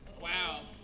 Wow